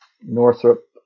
Northrop